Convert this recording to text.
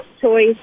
choice